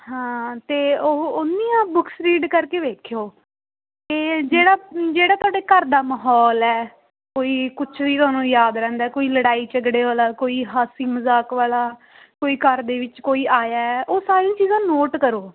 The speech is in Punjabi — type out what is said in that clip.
ਹਾਂ ਅਤੇ ਉਹ ਉਹ ਨਹੀਂ ਆ ਬੁੱਕਸ ਰੀਡ ਕਰਕੇ ਵੇਖਿਓ ਅਤੇ ਜਿਹੜਾ ਜਿਹੜਾ ਤੁਹਾਡੇ ਘਰ ਦਾ ਮਾਹੌਲ ਹੈ ਕੋਈ ਕੁਛ ਵੀ ਤੁਹਾਨੂੰ ਯਾਦ ਰਹਿੰਦਾ ਕੋਈ ਲੜਾਈ ਝਗੜੇ ਵਾਲਾ ਕੋਈ ਹਾਸੀ ਮਜ਼ਾਕ ਵਾਲਾ ਕੋਈ ਘਰ ਦੇ ਵਿੱਚ ਕੋਈ ਆਇਆ ਉਹ ਸਾਰੀਆਂ ਚੀਜ਼ਾਂ ਨੋਟ ਕਰੋ